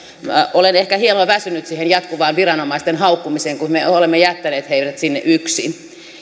olen ehkä hieman väsynyt siihen jatkuvaan viranomaisten haukkumiseen kun me olemme jättäneet heidät sinne yksin